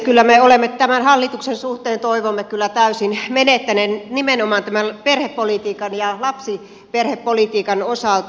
kyllä me olemme tämän hallituksen suhteen toivomme täysin menettäneet nimenomaan tämän perhepolitiikan ja lapsiperhepolitiikan osalta